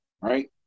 right